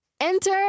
Enter